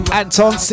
Anton